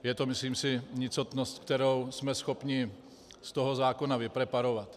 Je to, myslím si, nicotnost, kterou jsme schopni z toho zákona vypreparovat.